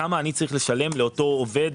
כמה אני צריך לשלם לאותו עובד,